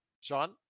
Sean